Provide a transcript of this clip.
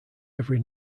every